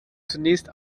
zunächst